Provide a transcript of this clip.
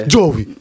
Joey